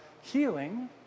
healing